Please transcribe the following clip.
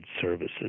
services